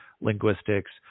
linguistics